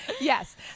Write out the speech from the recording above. yes